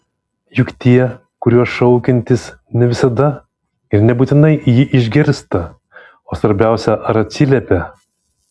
juk tie kuriuos šaukiantis ne visada ir nebūtinai jį išgirstą o svarbiausia ar atsiliepią